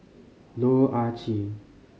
Loh Ah Chee